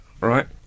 right